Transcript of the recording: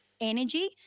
energy